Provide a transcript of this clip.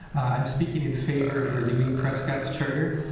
i'm speaking in favor of renewing prescott's charter.